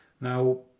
Now